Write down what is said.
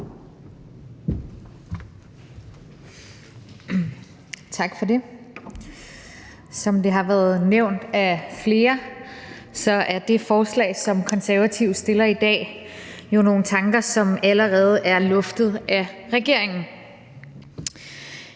Tak for det. Som det har været nævnt af flere, bygger det forslag, som Konservative fremsætter i dag, jo på nogle tanker, som allerede har været luftet af regeringen.